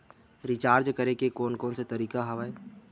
Recharge करे के कोन कोन से तरीका हवय?